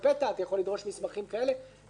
אתה יכול לדרוש מסמכים כאלה ואחרים,